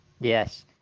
Yes